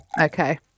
Okay